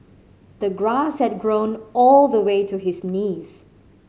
the grass had grown all the way to his knees